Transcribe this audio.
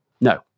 No